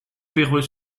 perreux